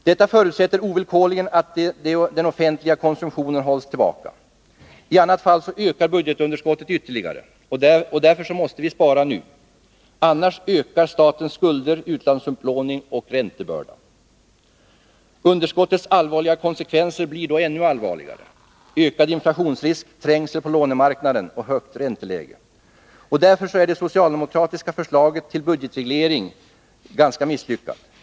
Detta förutsätter ovillkorligen att den offentliga konsumtionen hålls tillbaka. I annat fall ökar budgetunderskottet ytterligare. Därför måste vi spara nu. Annars ökar statens skulder, utlandsupplåning och räntebörda. Underskottets allvarliga konsekvenser blir då ännu allvarligare: ökad inflationsrisk, trängsel på lånemarknaden och högt ränteläge. Därför är det socialdemokratiska förslaget till budgetreglering ganska misslyckat.